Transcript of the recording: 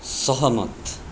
सहमत